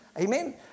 Amen